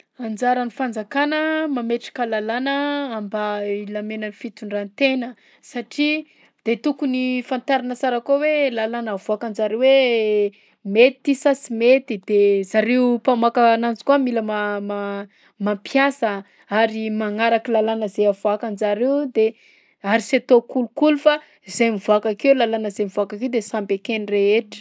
Anjaran'ny fanjakana mametraka lalàna mba hilaminan' ny fitondrantena satria de tokony fantarina sara koa hoe lalàna avoakan'jareo hoe mety ty sa sy mety, de zareo mpamoaka ananzy koa mila ma- ma- mampiasa. Ary magnaraka lalàna zay avoakan'jareo de ary sy atao kolikoly fa zay mivoaka akeo lalàna zay mivoaka akeo de samby eken'ny rehetra.